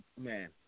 man